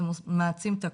זה מעצים את הקושי.